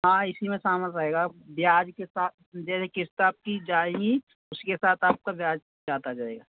हाँ इसी में शामील रहेगा ब्याज के साथ जैसे किस्त आपकी जाएगी उसके साथ आपका ब्याज जाता जाएगा